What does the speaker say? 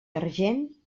argent